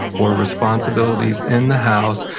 or responsibilities in the house,